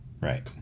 Right